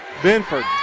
Benford